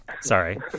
Sorry